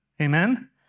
Amen